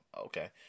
okay